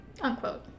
unquote